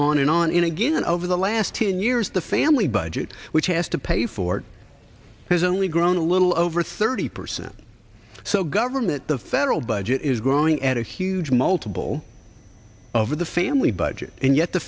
on and on and again over the last ten years the family budget which has to pay for it has only grown a little over thirty percent so government the federal budget is growing at a huge multiple of the family budget and yet the